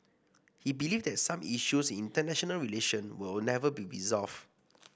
he believed that some issues in international relation would never be resolved